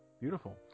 beautiful